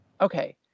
Okay